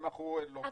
אם אנחנו --- אבל,